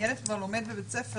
אם ילד כבר לומד בבית ספר